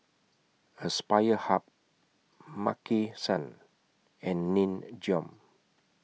Aspire Hub Maki San and Nin Jiom